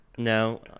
No